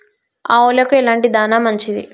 ఆవులకు ఎలాంటి దాణా మంచిది?